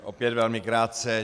Opět velmi krátce.